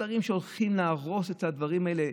דברים שהולכים להרוס, הדברים האלה.